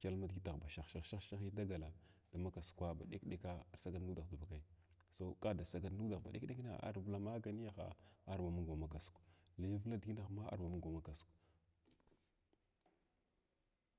kyalma digitzh ni hita da gal da ma kasukwa ba ɗek-ɗeka sagal nudah di vakai so, ka da sagal nudah ba ɗek-ɗekna ar vla maganiyahna arbla mung gba ma kasuk li vla disitahma arba mung ma kasuk.